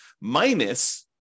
minus